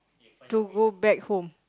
to go back home